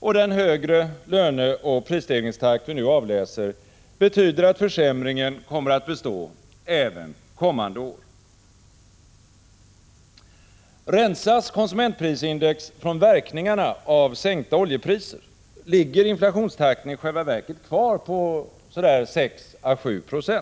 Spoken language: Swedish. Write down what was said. och den högre löneoch prisstegringstakt vi nu avläser betyder att försämringen kommer att bestå även kommande år. Rensas konsumentprisindex från verkningarna av sänkta oljepriser, ligger inflationstakten i själva verket kvar på 6å7 20.